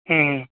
हं हं